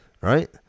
Right